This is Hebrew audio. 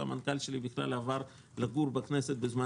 והמנכ"ל שלי בכלל עבר לגור בכנסת בזמן